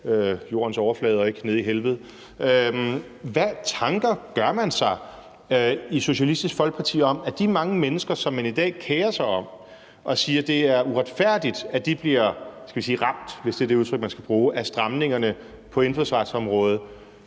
jordens overflade og ikke nede i helvede. Hvilke tanker gør man sig i Socialistisk Folkeparti om, at de mange mennesker, man kerer sig om, og om hvem man siger, at det er uretfærdigt, at de bliver ramt – hvis det er det udtryk, man skal bruge – bliver ramt af stramningerne på indfødsretsområdet,